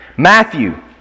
Matthew